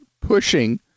pushing